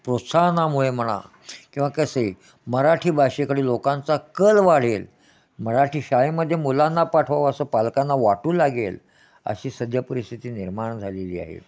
प्रोत्साहनामुळे म्हणा किंवा कसे मराठी भाषेकडे लोकांचा कल वाढेल मराठी शाळेमध्ये मुलांना पाठवावं असं पालकांना वाटू लागेल अशी सध्या परिस्थिती निर्माण झालेली आहे